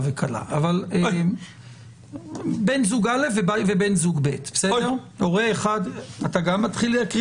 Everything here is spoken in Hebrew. אבל זאת הסוגיה שאנחנו אמורים לריב